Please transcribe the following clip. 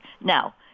now